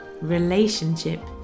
relationship